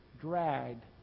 dragged